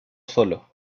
solo